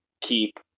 Keep